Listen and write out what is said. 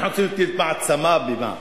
אנחנו צריכים להיות מעצמה במה?